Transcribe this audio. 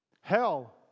hell